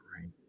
right